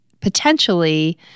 potentially